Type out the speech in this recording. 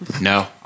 No